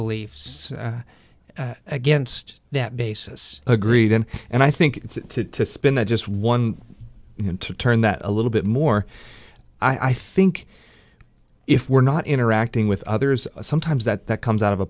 beliefs against that basis agreed and and i think that to spin that just one to turn that a little bit more i think if we're not interacting with others sometimes that that comes out of a